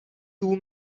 two